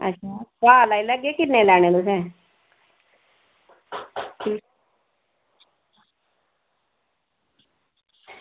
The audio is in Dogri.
अच्छा भाव लाई लैगे किन्ने लैने तुसें